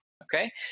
Okay